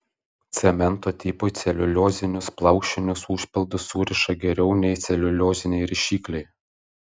cemento tipui celiuliozinius plaušinius užpildus suriša geriau nei celiulioziniai rišikliai